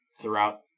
throughout